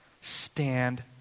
Stand